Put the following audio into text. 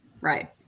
right